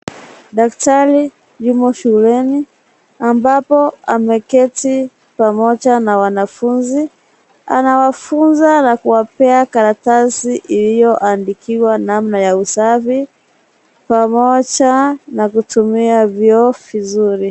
Daktari yumo shuleni ambapo ameketi pamoja na wanafunzi, anawafunza na kuwapea karatasi iliyoandikiwa namna ya usafi pamoja na kutumia vyoo vizuri.